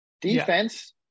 defense